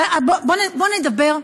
בוא נדבר,